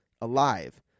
alive